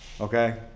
okay